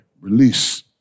release